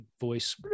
voice